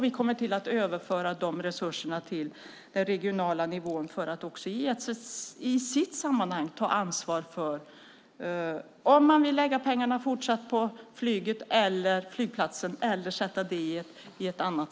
Vi kommer att överföra dessa resurser till den regionala nivån så att man kan ta ansvar för om man fortsatt vill lägga pengar på flyget och flygplatsen eller på något annat.